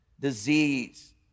disease